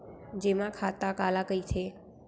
जेमा खाता काला कहिथे?